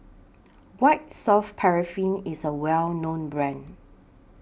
White Soft Paraffin IS A Well known Brand